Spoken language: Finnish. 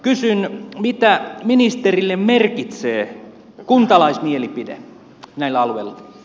kysyn mitä ministerille merkitsee kuntalaismielipide näillä alueilla